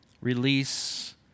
release